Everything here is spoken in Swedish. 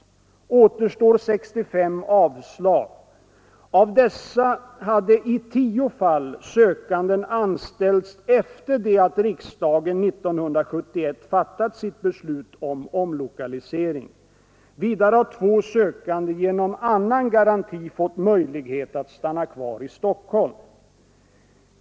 Återstår 65 avslag. Av dessa hade i tio fall sökanden anställts efter det att riksdagen 1971 fattat sitt beslut om omlokalisering. Vidare har två sökande genom annan garanti fått möjlighet att stanna kvar i Stockholm.